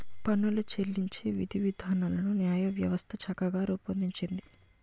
పన్నులు చెల్లించే విధివిధానాలను న్యాయవ్యవస్థ చక్కగా రూపొందించింది